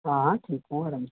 ہاں ہاں ٹھیک ہوں